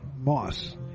Moss